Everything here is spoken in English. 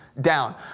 down